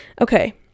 okay